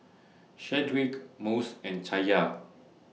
Shedrick Mose and Chaya